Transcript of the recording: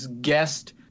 guest